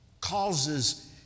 causes